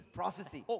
prophecy